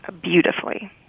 beautifully